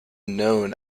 known